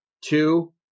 Two